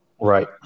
Right